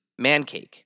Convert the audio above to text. Mancake